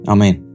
Amen